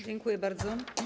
Dziękuję bardzo.